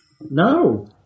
No